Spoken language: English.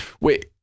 Wait